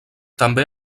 també